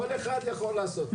--- כל אחד יכול לעשות את זה.